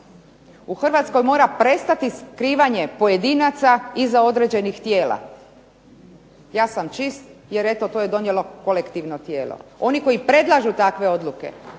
U Hrvatskoj mora prestati skrivanje pojedinaca iza određenih tijela. Ja sam čist jer eto to je donijelo kolektivno tijelo. Oni koji predlažu takve odluke,